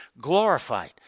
glorified